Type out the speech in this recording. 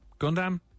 Gundam